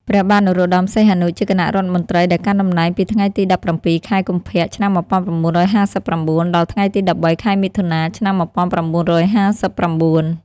ព្រះបាទនរោត្តម សីហនុ ជាគណៈរដ្ឋមន្ត្រីដែលកាន់តំណែងពីថ្ងៃទី ១៧ ខែកុម្ភៈ ឆ្នាំ១៩៥៩ ដល់ថ្ងៃទី ១៣ ខែមិថុនា ឆ្នាំ១៩៥៩។